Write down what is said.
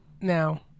now